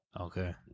Okay